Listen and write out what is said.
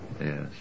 Yes